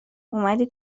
اومدی